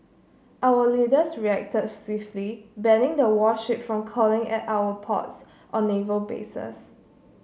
our leaders reacted swiftly banning the warship from calling at our ports or naval bases